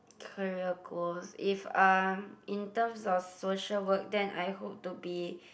career goals if um in terms of social work then I hope to be